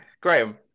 Graham